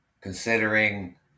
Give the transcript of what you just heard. Considering